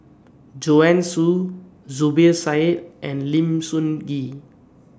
Joanne Soo Zubir Said and Lim Sun Gee